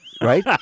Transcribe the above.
Right